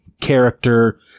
character